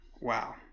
Wow